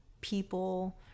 people